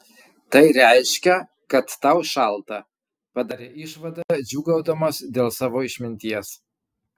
tai reiškia kad tau šalta padarė išvadą džiūgaudamas dėl savo išminties